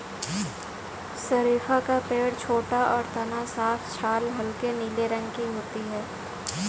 शरीफ़ा का पेड़ छोटा और तना साफ छाल हल्के नीले रंग की होती है